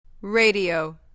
Radio